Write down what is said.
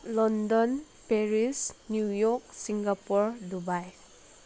London Paris New York Singapore Dubai